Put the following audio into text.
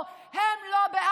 לא תומכי טרור,